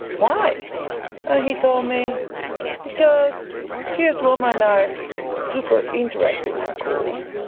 why? and he told me because fierce women are super interesting and cool.